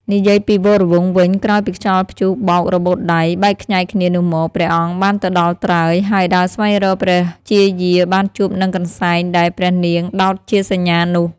និយាយពីវរវង្សវិញក្រោយពីខ្យល់ព្យុះបោករបូតដៃ បែកខ្ញែកគ្នានោះមក ព្រះអង្គបានទៅដល់ត្រើយ ហើយដើរស្វែងរកព្រះជាយាបានជួបនឹងកន្សែង ដែលព្រះនាងដោតជាសញ្ញានោះ។